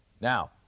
Now